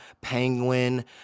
Penguin